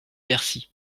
bercy